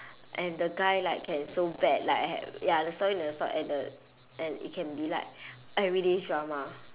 and the guy like can so bad like have ya the story never stop and the and it can be like everybody's drama